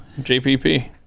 JPP